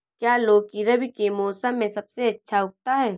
क्या लौकी रबी के मौसम में सबसे अच्छा उगता है?